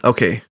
Okay